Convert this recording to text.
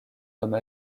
comme